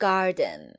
Garden 》 。